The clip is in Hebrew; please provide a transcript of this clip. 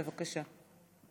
בבקשה.